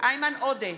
איימן עודה,